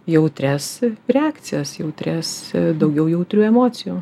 jautrias reakcijas jautrias daugiau jautrių emocijų